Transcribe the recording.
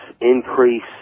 increase